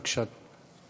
בבקשה.